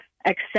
accept